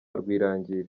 rwirangira